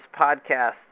podcast